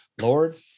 Lord